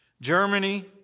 Germany